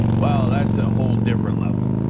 well, that's a whole different level.